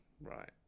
Right